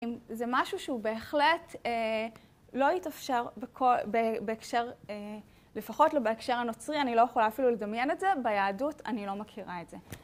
זה משהו שהוא בהחלט לא התאפשר בהקשר, לפחות לא בהקשר הנוצרי, אני לא יכולה אפילו לדמיין את זה, ביהדות אני לא מכירה את זה.